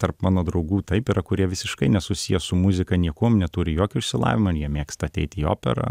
tarp mano draugų taip yra kurie visiškai nesusiję su muzika niekuom neturi jokio išsilavinimo ir jie mėgsta ateiti į operą